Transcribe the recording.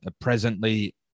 presently